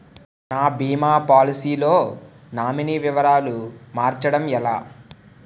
నా భీమా పోలసీ లో నామినీ వివరాలు మార్చటం ఎలా?